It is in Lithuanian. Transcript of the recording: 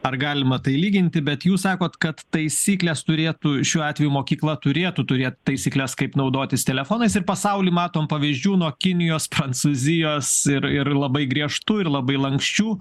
ar galima tai lyginti bet jūs sakot kad taisyklės turėtų šiuo atveju mokykla turėtų turėt taisykles kaip naudotis telefonais ir pasauly matom pavyzdžių nuo kinijos prancūzijos ir ir labai griežtų ir labai lanksčių